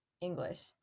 English